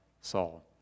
Saul